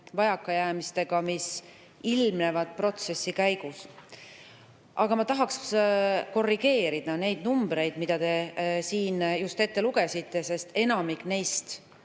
vajakajäämistega, mis ilmnevad protsessi käigus. Aga ma tahaks korrigeerida neid numbreid, mis te siin just ette lugesite, sest enamik neist